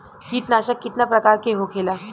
कीटनाशक कितना प्रकार के होखेला?